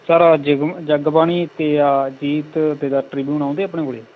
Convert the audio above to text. sir ਆ ਜਗ ਜਗਬਾਣੀ ਅਤੇ ਆ ਅਜੀਤ ਅਤੇ ਦ ਟ੍ਰਿਬਿਊਨ ਆਉਂਦੇ ਆਪਣੇ ਕੋਲ